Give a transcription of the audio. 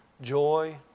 joy